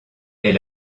est